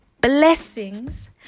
blessings